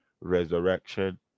resurrection